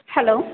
hello